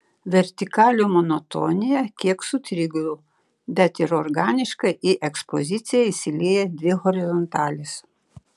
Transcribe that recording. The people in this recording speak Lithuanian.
vertikalių monotoniją kiek sutrikdo bet ir organiškai į ekspoziciją įsilieja dvi horizontalės